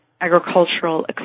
agricultural